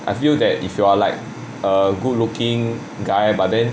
I feel that if you are like a good looking guy but then